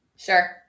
Sure